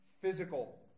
physical